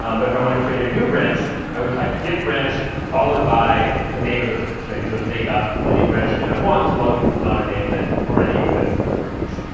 um but if i want to create a new branch, i would type git branch followed by the name of the branch. and i could just make up any branch name i want, so long as it's not a name that already exists as a branch.